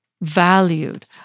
valued